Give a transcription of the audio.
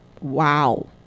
Wow